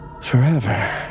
forever